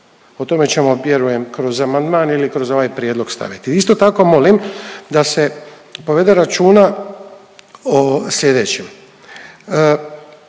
O tome ćemo vjerujem kroz amandman ili kroz ovaj prijedlog staviti. Isto tako molim da se povede računa o slijedećem.